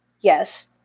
Yes